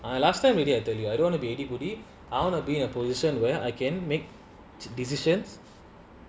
I last time already I tell you I don't wanna be anybody I wanna be in a position where I can make decisions